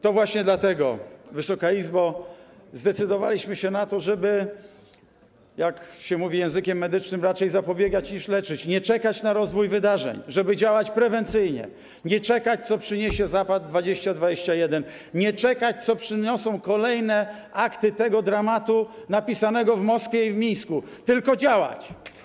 To właśnie dlatego, Wysoka Izbo, zdecydowaliśmy się na to, żeby - jak się mówi językiem medycznym - raczej zapobiegać, niż leczyć, nie czekać na rozwój wydarzeń, żeby działać prewencyjnie, nie czekać, co przyniesie Zapad 2021, nie czekać, co przyniosą kolejne akty tego dramatu napisanego w Moskwie i w Mińsku, tylko działać.